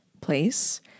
place